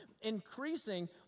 increasing